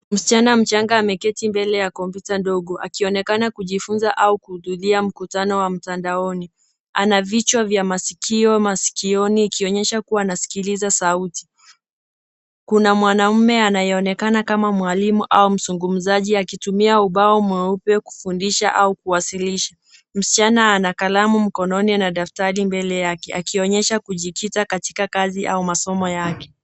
Msichana mchanga ameketi mbele ya kompyuta ndogo akionekana kujifunza au kuhudhuria mkutano wa mtandaoni. Ana vichwa vya masikio masikioni ikionyesha kuwa anasikiliza sauti. Kuna mwanamme anayeonekana kama mwalimu au mzungumzaji akitumia ubao mweupe kufundisha au kuwasilisha. Msichana ana kalamu mkononi na daftari mbele yake akionyesha kujikita katika masomo au kazi yake.